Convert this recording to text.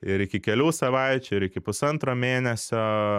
ir iki kelių savaičių ir iki pusantro mėnesio